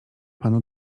panu